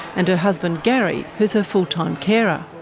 and her husband gary, who is her fulltime carer.